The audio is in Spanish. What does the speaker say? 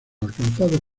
alcanzados